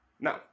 now